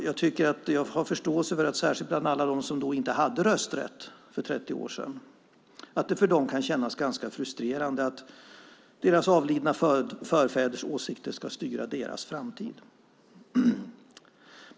Jag har förståelse för att det särskilt för alla dem som inte hade rösträtt för 30 år sedan kan kännas ganska frustrerande att deras avlidna förfäders åsikter ska styra deras framtid.